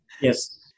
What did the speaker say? Yes